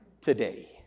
Today